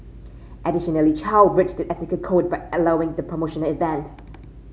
additionally Chow breached the ethical code by allowing the promotional event